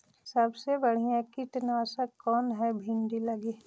सबसे बढ़िया कित्नासक कौन है भिन्डी लगी?